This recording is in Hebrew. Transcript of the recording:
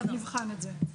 אנחנו נבחן את זה.